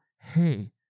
hey